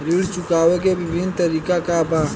ऋण चुकावे के विभिन्न तरीका का बा?